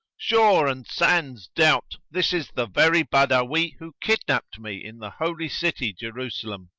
sure and sans doubt this is the very badawi who kidnapped me in the holy city jerusalem!